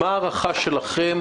מה הערכה שלכם,